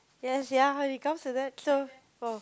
yes ya how it comes to that so oh